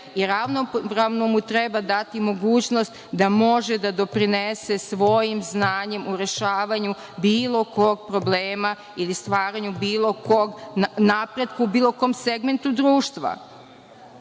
i ravnopravno mu treba dati mogućnost da može da doprinese svojim znanjem u rešavanju bilo kog problema ili stvaranju napretka u bilo kom segmentu društva.